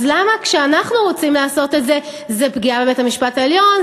אז למה כשאנחנו רוצים לעשות את זה זה פגיעה בבית-המשפט העליון,